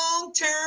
long-term